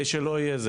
כדי שלא יהיה.